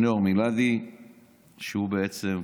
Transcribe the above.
שניאור מלאדי שהוא בעצם,